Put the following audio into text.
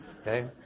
Okay